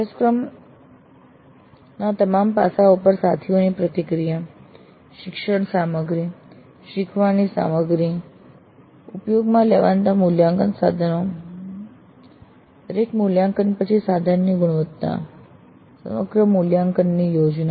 અભ્યાસક્રમના તમામ પાસાઓ પર સાથીઓની પ્રતિક્રિયા શિક્ષણ સામગ્રી શીખવાની સામગ્રી ઉપયોગમાં લેવાતા મૂલ્યાંકન સાધનો દરેક મૂલ્યાંકન સાધનની ગુણવત્તા સમગ્ર મૂલ્યાંકન યોજના